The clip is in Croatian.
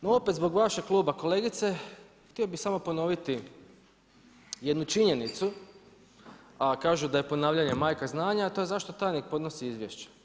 No opet zbog vašeg kluba kolegice, htio bih samo ponoviti jednu činjenicu a kažu da je ponavljanje majka znanja a to je zašto tajnik podnosi izvješće.